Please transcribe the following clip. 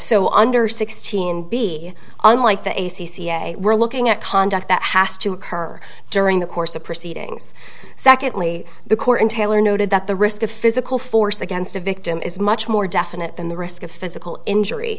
so under sixteen be unlike the a c c they were looking at conduct that has to occur during the course of proceedings secondly the court in taylor noted that the risk of physical force against a victim is much more definite than the risk of physical injury